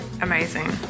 amazing